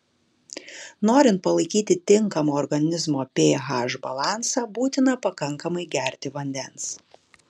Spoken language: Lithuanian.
norint palaikyti tinkamą organizmo ph balansą būtina pakankamai gerti vandens